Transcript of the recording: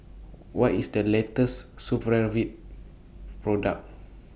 What IS The latest Supravit Product